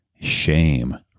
shame